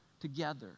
together